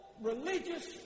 religious